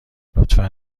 لطفا